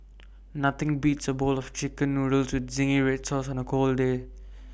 nothing beats A bowl of Chicken Noodles with Zingy Red Sauce on A cold day